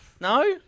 No